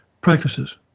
practices